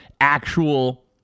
actual